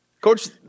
coach